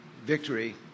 Victory